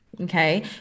Okay